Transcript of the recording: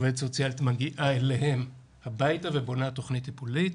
עובדת סוציאלית מגיעה אליהם הביתה ובונה תוכנית טיפולית,